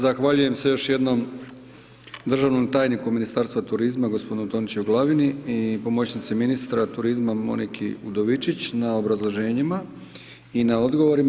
Zahvaljujem se još jednom državnom tajniku Ministarstva turizma, gospodinu Tončiju Glavini i pomoćnici ministra turizma Moniki Udovičić na obrazloženjima i na odgovorima.